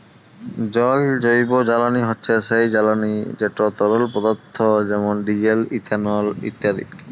জল জৈবজ্বালানি হছে সেই জ্বালানি যেট তরল পদাথ্থ যেমল ডিজেল, ইথালল ইত্যাদি